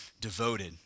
devoted